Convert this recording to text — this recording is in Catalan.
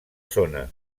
zona